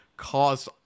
caused